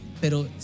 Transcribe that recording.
pero